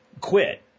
quit